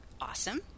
awesome